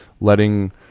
letting